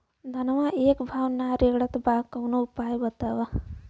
धनवा एक भाव ना रेड़त बा कवनो उपाय बतावा?